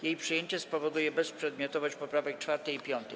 Jej przyjęcie spowoduje bezprzedmiotowość poprawek 4. i 5.